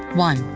one.